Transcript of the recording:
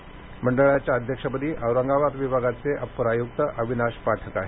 प्रशासक मंडळाच्या अध्यक्षपदी औरंगाबाद विभागाचे अपर आयुक्त अविनाश पाठक आहेत